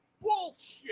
bullshit